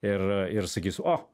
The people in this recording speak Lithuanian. ir ir sakys o